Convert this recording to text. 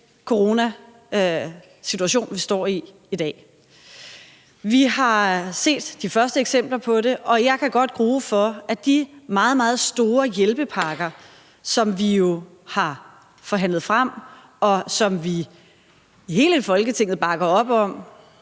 coronasituation, vi står i i dag. Vi har set de første eksempler på det, og jeg kan godt grue for, at de meget, meget store hjælpepakker, som vi jo har forhandlet frem, og som vi i hele Folketinget bakker op om,